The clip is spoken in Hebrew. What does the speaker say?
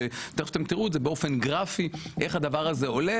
תכף תראו את זה באופן גרפי איך הדבר הזה עולה